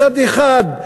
מצד אחד,